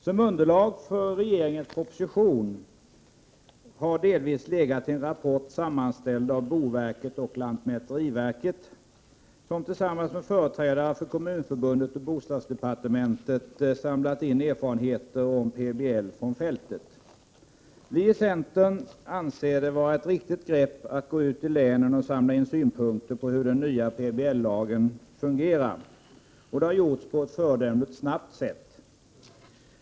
Som underlag för regeringens proposition har delvis legat en rapport sammanställd av boverket och lantmäteriverket, som tillsammans med företrädare för Kommunförbundet och bostadsdepartementet samlat in erfarenheter om PBL från fältet. Vi i centern anser det vara ett riktigt grepp att gå ut i länen och samla in synpunkter på hur den nya PBL-lagen fungerar. Det har gjorts på ett föredömligt snabbt sätt.